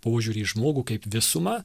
požiūrį į žmogų kaip visumą